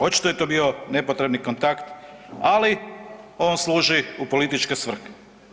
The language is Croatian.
Očito je to bio nepotrebni kontakt, ali on služi u političke svrhe.